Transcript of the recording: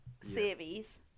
series